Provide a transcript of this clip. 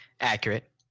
Accurate